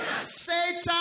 Satan